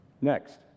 Next